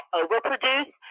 overproduce